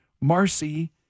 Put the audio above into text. Marcy